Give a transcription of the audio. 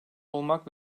olmak